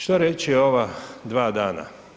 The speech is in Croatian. Što reći o ova dva dana?